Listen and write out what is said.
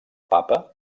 papa